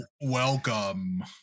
Welcome